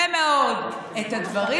את הדברים